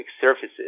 surfaces